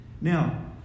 Now